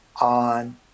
on